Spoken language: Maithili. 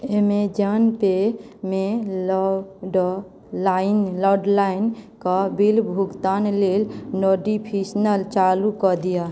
ऐमेज़ौन पे मे लैंडलाइनके बिल भुगतान लेल नोटिफिशनल चालू कऽ दियऽ